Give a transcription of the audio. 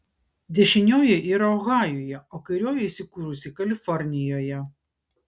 dešinioji yra ohajuje o kairioji įsikūrusi kalifornijoje